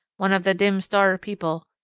one of the dim-star people.